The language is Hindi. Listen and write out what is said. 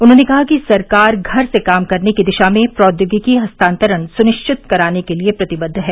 उन्होंने कहा कि सरकार घर से काम करने की दिशा में प्रौद्योगिकी हस्तांतरण सुनिश्चित कराने के लिए प्रतिबद्ध है